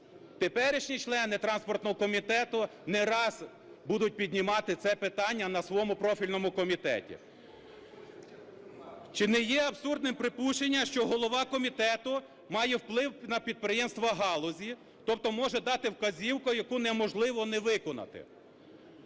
теперішні члени транспортного комітету не раз будуть піднімати це питання на своєму профільному комітеті. Чи не є абсурдним припущення, що голова комітету має вплив на підприємства галузі, тобто може дати вказівку, яку неможливо не виконати.